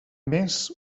més